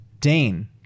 Dane